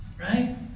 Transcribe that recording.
right